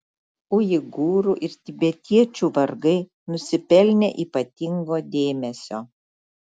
uigūrų ir tibetiečių vargai nusipelnė ypatingo dėmesio